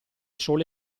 sole